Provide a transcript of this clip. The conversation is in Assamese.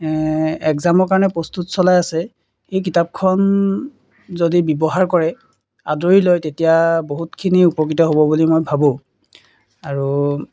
এগ্জামৰ কাৰণে প্ৰস্তুত চলাই আছে এই কিতাপখন যদি ব্যৱহাৰ কৰে আদৰি লয় তেতিয়া বহুতখিনি উপকৃত হ'ব বুলি মই ভাবোঁ আৰু